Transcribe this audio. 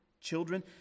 children